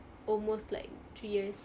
almost like three years